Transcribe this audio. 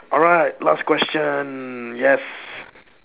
alright last question yes